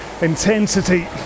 intensity